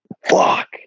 fuck